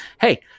Hey